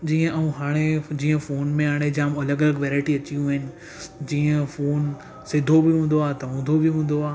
जीअं ऐं हाणे जीअं फोन में हाणे जाम अलॻि अलॻि वेराइटी अचियूं आहिनि जीअं फोन सिधो बि हूंदो आहे त ऊंधो बि हूंदो आहे